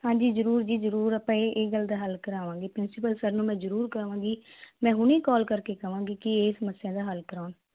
ਹਾਂਜੀ ਜ਼ਰੂਰ ਜੀ ਜ਼ਰੂਰ ਆਪਾਂ ਇਹ ਇਹ ਗੱਲ ਦਾ ਹੱਲ ਕਰਾਵਾਂਗੇ ਪ੍ਰਿੰਸੀਪਲ ਸਰ ਨੂੰ ਮੈਂ ਜ਼ਰੂਰ ਕਹਾਂਗੀ ਮੈਂ ਹੁਣੇ ਕਾਲ ਕਰਕੇ ਕਹਾਂਗੀ ਕਿ ਇਹ ਸਮੱਸਿਆ ਦਾ ਹੱਲ ਕਰਾਉਣ